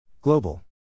Global